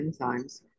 enzymes